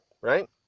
right